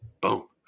boom